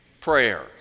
prayer